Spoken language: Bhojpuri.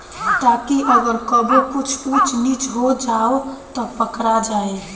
ताकि अगर कबो कुछ ऊच नीच हो जाव त पकड़ा जाए